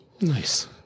nice